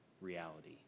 reality